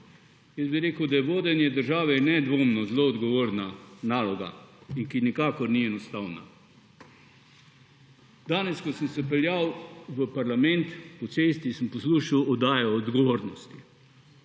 Jaz bi rekel, da vodenje države je nedvomno zelo odgovorna naloga in ki nikakor ni enostavna. Danes, ko sem se peljal v parlament, po cesti, sem poslušal oddajo Odgovornosti.